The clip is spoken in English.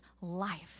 life